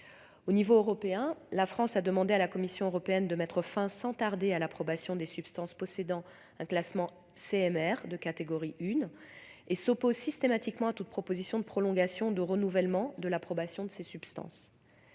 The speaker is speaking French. Au niveau européen, la France a demandé à la Commission européenne de mettre fin sans tarder à l'approbation des substances classées CMR de catégorie 1 et s'oppose systématiquement à toute proposition de prolongation ou de renouvellement de cette approbation. Par ailleurs,